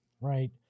right